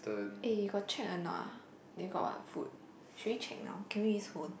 eh you got checked or not ah they got what food should we check now can we use phone